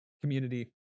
community